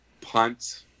punt